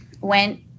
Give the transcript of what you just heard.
went